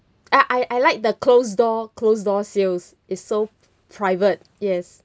I I I like the closed door closed door sales it's so private yes